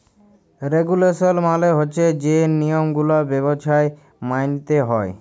regulation মালে হছে যে লিয়মগুলা ব্যবছায় মাইলতে হ্যয়